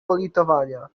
politowania